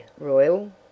Royal